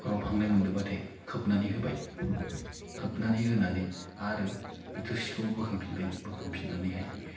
रबहांनाय मोन्दोब्लाथाय खोबनानै होबाय खोबनानै होनानै आरो बे थोरसिखौ बोखांफिनबाय बोखांफिननानैहाय